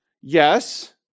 Yes